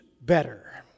better